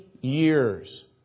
years